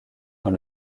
dans